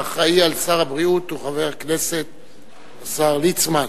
האחראי לשר הבריאות הוא חבר הכנסת השר ליצמן.